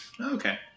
Okay